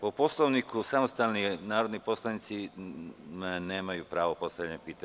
Po Poslovniku, samostalni narodni poslanici nemaju pravo na postavljanje pitanja.